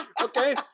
okay